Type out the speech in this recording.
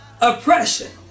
oppression